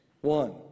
one